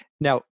Now